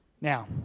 Now